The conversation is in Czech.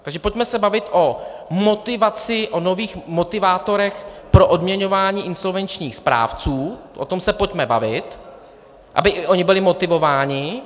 Takže pojďme se bavit o motivaci, o nových motivátorech pro odměňování insolvenčních správců, o tom se pojďme bavit, aby i oni byli motivováni.